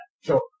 Sure